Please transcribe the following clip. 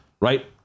Right